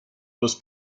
los